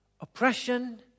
oppression